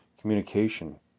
communication